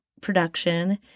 production